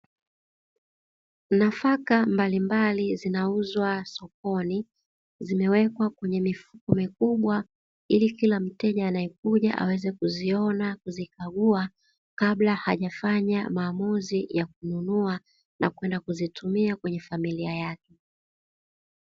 Nafaka mbalimbali zinauzwa sokoni zimewekwa kwenye mifuko mikubwa, ili kila mteja anayekuja aweze kuziona kuzikagua kabla hajafanya maamuzi ya kununua na kwenda kuzitumia kwenye familia yake.